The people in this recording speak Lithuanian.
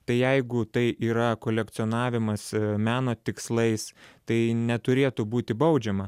tai jeigu tai yra kolekcionavimas meno tikslais tai neturėtų būti baudžiama